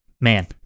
man